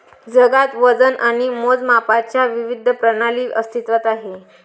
जगात वजन आणि मोजमापांच्या विविध प्रणाली अस्तित्त्वात आहेत